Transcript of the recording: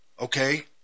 okay